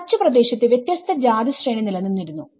കച്ച് പ്രാദേശത്തു വ്യത്യസ്ത ജാതി ശ്രേണി നിലനിന്നിരുന്നു